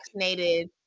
vaccinated